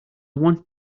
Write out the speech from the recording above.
want